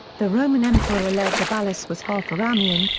the roman emperor elagabalus was half-aramean,